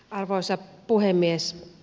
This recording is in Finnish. arvoisa puhemies